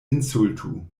insultu